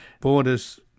borders